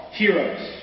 heroes